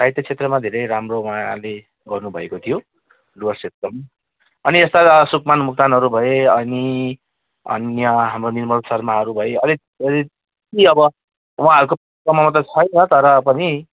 साहित्य क्षेत्रमा धेरै राम्रो उहाँले गर्नु भएको थियो डुवर्स क्षेत्रमा अनि यस्ता सुभ्मान मोक्तानहरू भए अनि अन्य हाम्रा निर्मल शर्माहरू भए अझ धेरै ति अब उहाँहरूकोसम्ममा त छैन तर पनि